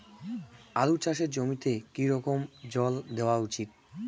আলু চাষের জমিতে কি রকম জল দেওয়া উচিৎ?